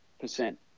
percent